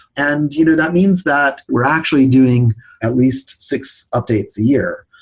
and you know that means that we're actually doing at least six updates a year.